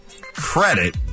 credit